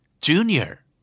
junior